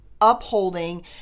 upholding